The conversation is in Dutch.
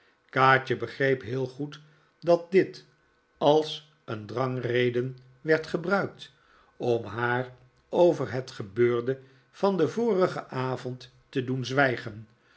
kaatje begreep heel goed dat dit als een drangreden werd gebruikt om haar over het gebeurde van den vorigen avond te doen zwijgen